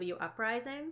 uprising